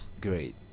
great